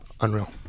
unreal